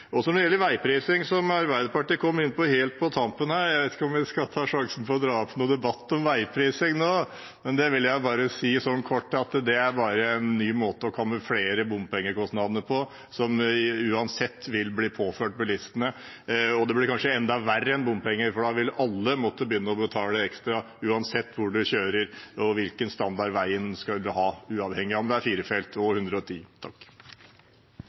Når det gjelder veiprising, som Arbeiderpartiet kom inn på helt på tampen, vet jeg ikke om vi skal ta sjansen på å dra i gang en debatt om det nå. Men helt kort vil jeg si at det er bare en ny måte å kamuflere bompengekostnadene på, som uansett vil bli påført bilistene. Det blir kanskje enda verre enn bompenger, for da vil alle måtte begynne å betale ekstra, uansett hvor man kjører og hvilken standard veien skulle ha, uavhengig av om det er fire felt og 110